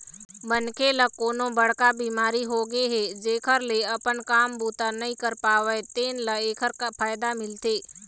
मनखे ल कोनो बड़का बिमारी होगे हे जेखर ले अपन काम बूता नइ कर पावय तेन ल एखर फायदा मिलथे